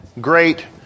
great